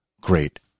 great